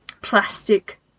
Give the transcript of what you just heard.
plastic